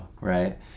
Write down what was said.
Right